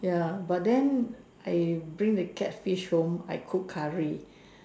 ya but then I bring the catfish home I cook curry